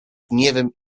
gniewem